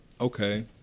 okay